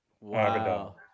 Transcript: Wow